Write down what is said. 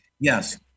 Yes